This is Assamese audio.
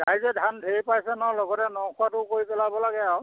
ৰাইজে ধান ঢেৰ পাইছে নহয় লগতে ন খোৱাটোও কৰি পেলাব লাগে আৰু